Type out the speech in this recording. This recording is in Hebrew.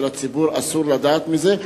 ולציבור אסור לדעת מזה?